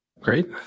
Great